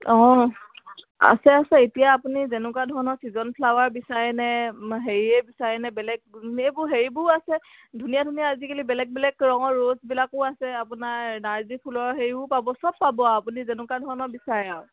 অঁ আছে আছে এতিয়া আপুনি যেনেকুৱা ধৰণৰ ছিজন ফ্লাৱাৰ বিচাৰে নে হেৰিয়ে বিচাৰে নে বেলেগ এইবোৰ হেৰিবোৰ আছে ধুনীয়া ধুনীয়া আজিকালি বেলেগ বেলেগ ৰঙৰ ৰ'চবিলাকো আছে আপোনাৰ নাৰ্জী ফুলৰ হেৰিও পাব চব পাব আৰু আপুনি যেনেকুৱা ধৰণৰ বিচাৰে আৰু